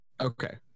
Okay